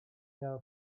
miałem